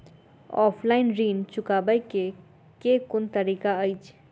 Offline ऋण चुकाबै केँ केँ कुन तरीका अछि?